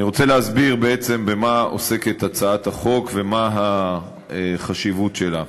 אני רוצה להסביר בעצם במה עוסקת הצעת החוק ומה החשיבות שלה.